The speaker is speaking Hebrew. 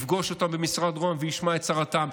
שלפיה הוא יפגוש אותם במשרד ראש הממשלה וישמע את צרתם.